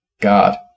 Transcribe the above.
God